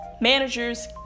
managers